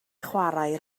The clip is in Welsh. chwarae